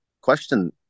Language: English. question